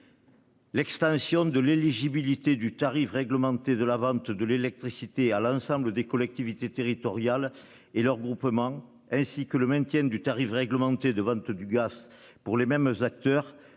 L'extension de l'éligibilité du tarif réglementé de la vente de l'électricité à l'ensemble des collectivités territoriales et leurs groupements ainsi que le maintien du tarif réglementé de vente du gaz pour les mêmes acteurs